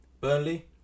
Burnley